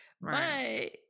Right